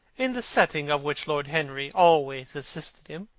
in the settling of which lord henry always assisted him,